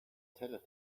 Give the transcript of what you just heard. teller